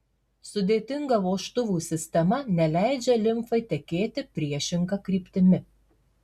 sudėtinga vožtuvų sistema neleidžia limfai tekėti priešinga kryptimi